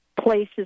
places